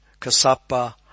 Kasapa